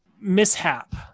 mishap